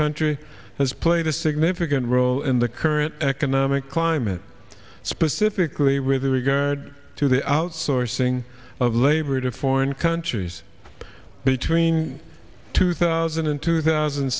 country has played a significant role in the current economic climate specifically with regard to the outsourcing of labor to foreign countries between two thousand and two thousand